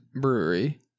Brewery